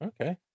Okay